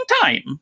time